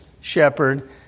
shepherd